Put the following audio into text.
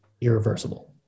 irreversible